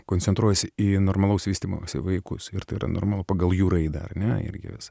koncentruojasi į normalaus vystymosi vaikus ir tai yra normalu pagal jų raidą ar ne irgi